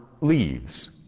leaves